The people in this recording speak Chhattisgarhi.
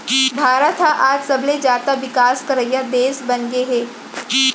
भारत ह आज सबले जाता बिकास करइया देस बनगे हे